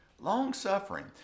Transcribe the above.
long-suffering